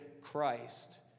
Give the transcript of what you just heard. Christ